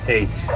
Eight